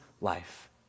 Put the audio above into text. life